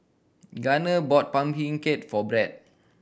Gunner bought pumpkin cake for Bret